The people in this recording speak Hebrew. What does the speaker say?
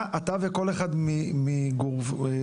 אתה וכל אחד מגורמי